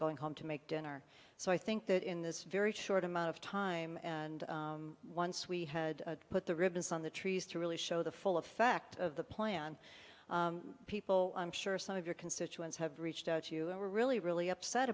going home to make dinner so i think that in this very short amount of time and once we had put the ribbons on the trees to really show the full effect of the plan people i'm sure some of your constituents have reached out to you and were really really upset